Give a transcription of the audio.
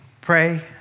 pray